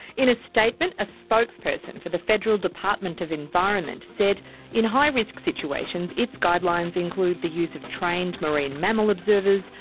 in a statement, a spokesperson for the federal department of environment said in high risk situations its guidelines include the use of trained marine mammal observers,